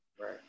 Right